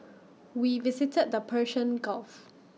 we visited the Persian gulf